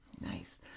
Nice